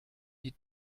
die